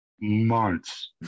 months